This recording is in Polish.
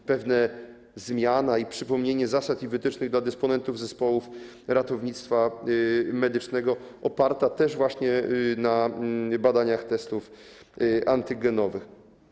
To pewna zmiana i przypomnienie zasad i wytycznych dla dysponentów zespołów ratownictwa medycznego oparte też właśnie na badaniach, testach antygenowych.